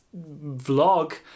vlog